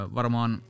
Varmaan